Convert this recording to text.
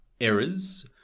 errors